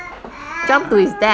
jump to his death